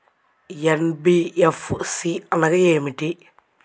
NBFC అనగా ఏమిటీ?